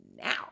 now